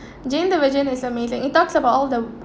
jane the virgin is amazing it talks about all the